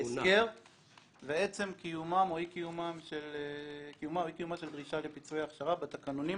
הסגר ובעצם קיומה או אי קיומה של דרישה לפיצוי הכשרה בתקנונים.